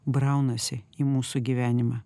braunasi į mūsų gyvenimą